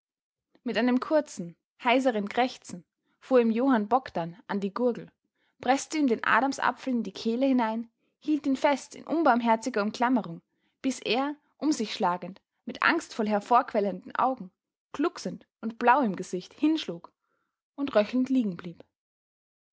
mit einem kurzen heiseren krächzen fuhr ihm johann bogdn an die gurgel preßte ihm den adamsapfel in die kehle hinein hielt ihn fest in unbarmherziger umklammerung bis er um sich schlagend mit angstvoll hervorquellenden augen glucksend und blau im gesicht hinschlug und röchelnd liegen blieb